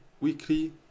weekly